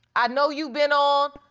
i know you've been on.